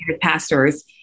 pastors